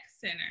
center